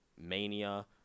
Mania